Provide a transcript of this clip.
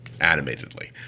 animatedly